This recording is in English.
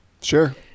Sure